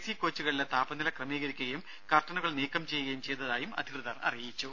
C കോച്ചുകളിലെ താപനില ക്രമീകരിക്കുകയും കർട്ടനുകൾ നീക്കം ചെയ്യുകയും ചെയ്തതായി അധിക്വതർ അറിയിച്ചു